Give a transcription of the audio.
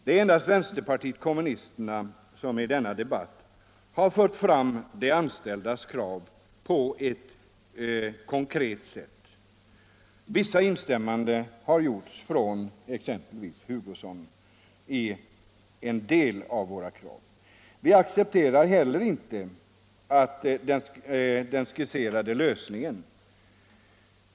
Det är endast vänsterpartiet kommunisterna som i denna debatt har fört fram de anställdas krav på ett konkret sätt. Vissa instämmanden i en del av våra krav har gjorts av exempelvis herr Hugosson. Vi accepterar inte heller någon av de skisserade lösningarna.